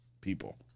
people